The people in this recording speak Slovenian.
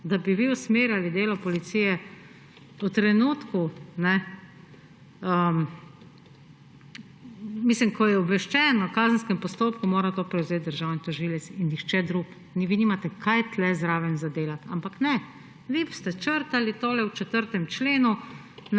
da bi vi usmerjali delo policije, mislim, ko je obveščen o kazenskem postopku, mora to prevzeti državni tožilec in nihče drug. Vi nimate kaj tu zraven za delati, ampak ne, vi boste črtali to v 4. členu